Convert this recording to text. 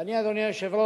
ואני, אדוני היושב-ראש,